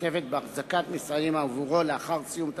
משתתפת באחזקת משרדים עבורו לאחר סיום תפקידו,